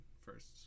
first